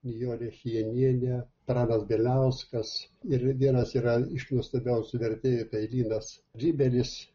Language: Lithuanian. nijolė chijenienė pranas bieliauskas ir vienas yra iš nuostabiausių vertėjų tai linas ryberis